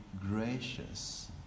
gracious